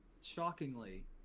shockingly